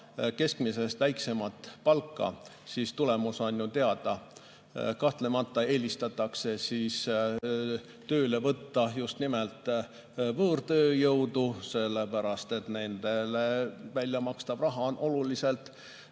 keskmisest väiksemat palka, siis tulemus on ju teada. Kahtlemata eelistatakse tööle võtta just nimelt võõrtööjõudu, sellepärast et nendele makstav raha on oluliselt